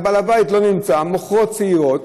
בעל הבית לא נמצא, המוכרות צעירות,